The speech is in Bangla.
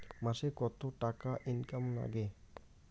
মাসে কত টাকা ইনকাম নাগে?